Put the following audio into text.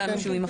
כן, כן.